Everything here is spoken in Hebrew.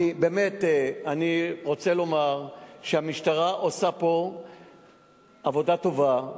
אני רוצה לומר שהמשטרה עושה פה עבודה טובה,